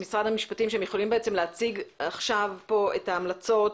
יכול להציג עכשיו פה את ההמלצות